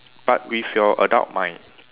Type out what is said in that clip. but with your adult mind